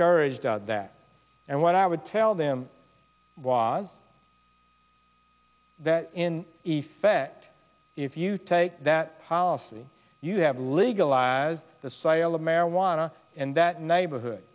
couraged that and what i would tell them was that in effect if you take that policy you have legalize the sale of marijuana in that neighborhood